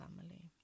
family